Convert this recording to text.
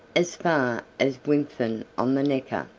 as far as wimpfen on the necker,